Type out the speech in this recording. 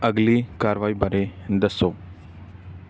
ਅਗਲੀ ਕਾਰਵਾਈ ਬਾਰੇ ਦੱਸੋ